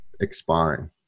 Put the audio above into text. expiring